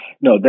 no